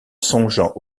songeant